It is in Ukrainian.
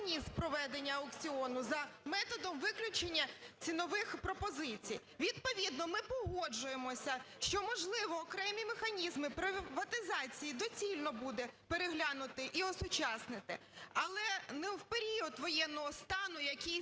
Відповідно ми погоджуємося, що, можливо, окремі механізми приватизації доцільно буде переглянути і осучаснити, але не в період воєнного стану, який зараз